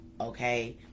okay